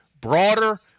broader